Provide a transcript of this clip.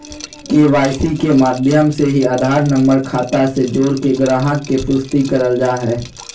KYC के माध्यम से ही आधार नम्बर खाता से जोड़के गाहक़ के पुष्टि करल जा हय